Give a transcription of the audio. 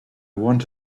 want